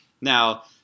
Now